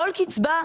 כל קצבה,